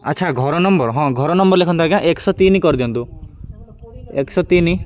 ଆଚ୍ଛା ଘର ନମ୍ବର ହଁ ଘର ନମ୍ବର ଲେଖନ୍ତୁ ଆଜ୍ଞା ଏକଶହ ତିନି କରିଦିଅନ୍ତୁ ଏକଶହ ତିନି